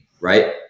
right